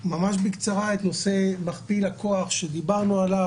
ממש בקצרה על נושא מכפיל הכוח שדיברנו עליו,